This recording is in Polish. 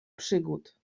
przygód